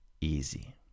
easy